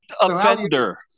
offender